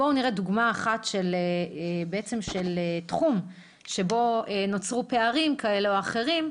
בואו נראה דוגמה אחת של תחום שבו נוצרו פערים כאלה או אחרים,